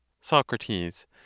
Socrates